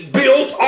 built